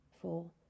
four